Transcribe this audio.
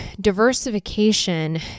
diversification